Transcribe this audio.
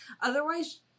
Otherwise